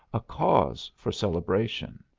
a cause for celebration.